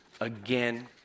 again